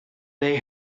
they